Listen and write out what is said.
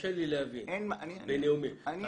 זה